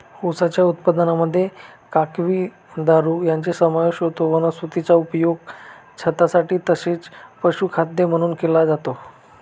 उसाच्या उत्पादनामध्ये काकवी, दारू यांचा समावेश होतो वनस्पतीचा उपयोग छतासाठी तसेच पशुखाद्य म्हणून केला जातो